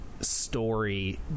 story